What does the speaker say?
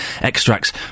extracts